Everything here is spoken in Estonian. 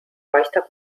paista